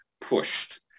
pushed